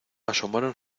asomaron